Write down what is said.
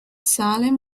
salem